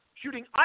shooting